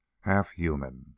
half-human